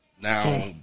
Now